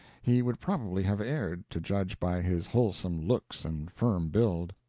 he would probably have erred, to judge by his wholesome looks and firm build.